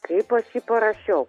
kaip aš jį parašiau